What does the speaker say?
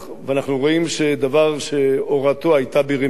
ואנחנו רואים שדבר שהורתו היתה ברמייה,